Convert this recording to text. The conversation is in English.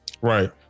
Right